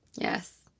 Yes